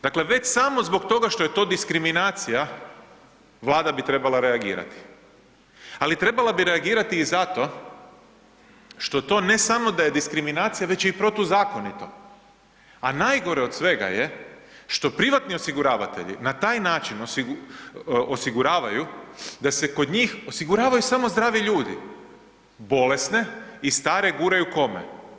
Dakle, već samo zbog toga što je to diskriminacija, Vlada bi trebala reagirati ali trebala bi reagirati i zato što to ne samo da je diskriminacija već je i protuzakonito a najgore od svega je što privatni osiguravatelji na taj način osiguravaju da se kod njih osiguravaju samo zdravi ljudi, bolesne i stare guraju kome?